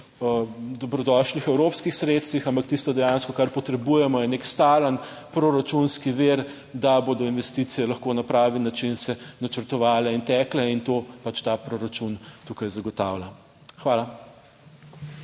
dobrodošlih evropskih sredstvih, ampak tisto dejansko kar potrebujemo je nek stalen proračunski vir, da bodo investicije lahko na pravi način se načrtovale in tekle in to pač ta proračun tukaj zagotavlja. Hvala.